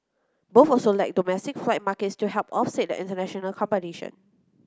both also lack domestic flight markets to help offset the international competition